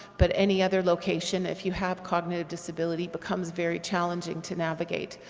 but any other location if you have cognitive disability becomes very challenging to navigate,